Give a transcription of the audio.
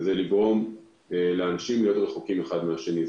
שזה לגרום לאנשים להיות רחוקים אחד מהשני.